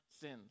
sins